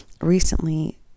recently